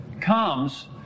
comes